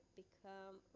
become